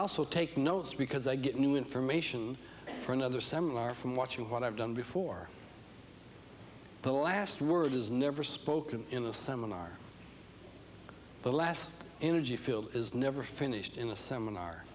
also take notes because i get new information for another seminar from watching what i've done before the last word is never spoken in a seminar the last energy field is never finished in the seminar